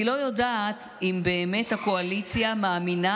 אני לא יודעת אם באמת הקואליציה מאמינה